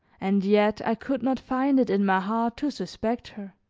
and yet i could not find it in my heart to suspect her.